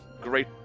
great